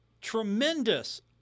tremendous